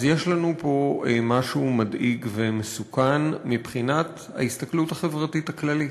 אז יש לנו פה משהו מדאיג ומסוכן מבחינת ההסתכלות החברתית הכללית.